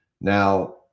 Now